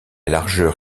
largeur